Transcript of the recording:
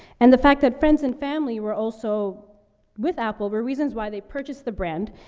and the fact that friends and family were also with apple, were reasons why they purchased the brand,